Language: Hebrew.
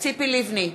ציפי לבני,